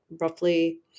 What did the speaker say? Roughly